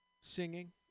singing